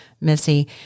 Missy